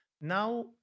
Now